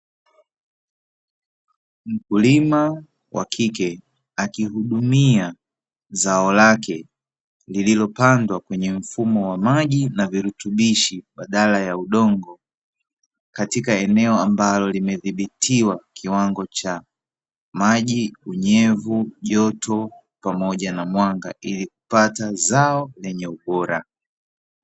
Mkulima wa kike akihudumia zao lake lililopandwa kwenye mfumo wa maji na virutubisho badala ya udongo, katika eneo ambalo limedhibitiwa kiwango cha maji, unyevu, joto pamoja na mwanga ili kupata zao lenye ubora.